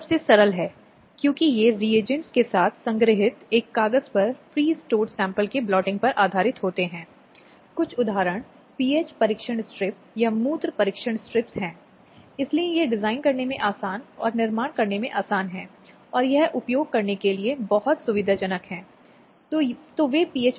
इस तरह के आदेश फिर से प्रकृति में अंतरिम हैं और केवल तभी पारित किए जाते हैं जब आवेदन करने वाले व्यक्ति को तत्काल खतरा हो या अन्य व्यक्ति अदालत द्वारा दी गई सूचना के बावजूद अदालत में उपस्थित होने से इनकार कर दे